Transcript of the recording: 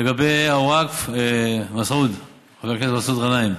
לגבי הווקף, מסעוד, חבר הכנסת מסעוד גנאים,